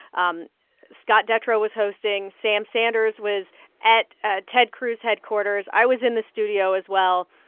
um scott detrow was hosting. sam sanders was at ah ted cruz headquarters. i was in the studio as well.